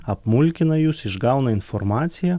apmulkina jus išgauna informaciją